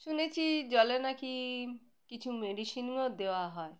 শুনেছি জলে নাকি কিছু মেডিসিনও দেওয়া হয়